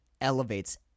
Elevates